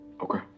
Okay